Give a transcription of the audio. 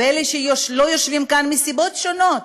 ולאלה שלא יושבים כאן מסיבות שונות,